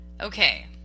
Okay